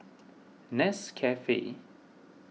Nescafe